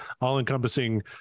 all-encompassing